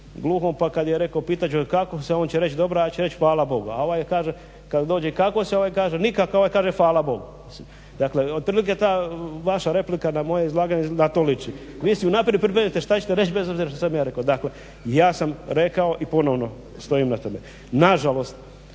gluhom pa je rekao pitat ću ga kako si, a on će reći dobro, a ja ću reći hvala Bogu, a ovaj kaže kad dođe kako si, ovaj kaže nikako, a ovaj kaže hvala Bogu. Dakle, otprilike ta vaša replika na moje izlaganje na to liči. Vi si unaprijed pripremite šta će te reć bez obzira što sam ja rekao. Dakle, ja sam rekao i ponovno stojim na tome, nažalost